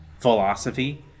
philosophy